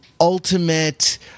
ultimate